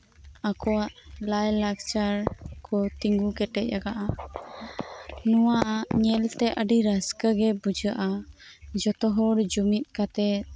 ᱟᱠᱩᱣᱟᱜ ᱞᱟᱭ ᱞᱟᱠᱪᱟᱨ ᱠᱚ ᱛᱤᱸᱜᱩ ᱠᱮᱴᱮᱡ ᱟᱠᱟᱫᱟ ᱱᱚᱣᱟ ᱧᱮᱞᱛᱮ ᱟᱹᱰᱤ ᱨᱟᱹᱥᱠᱟᱹᱜᱤ ᱵᱩᱡᱷᱟᱹᱜᱼᱟ ᱡᱚᱛᱚᱦᱚᱲ ᱡᱩᱢᱤᱫ ᱠᱟᱛᱮ